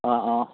অঁ অঁ